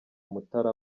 mutara